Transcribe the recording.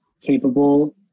capable